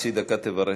חצי דקה תברך,